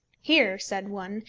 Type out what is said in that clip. here, said one,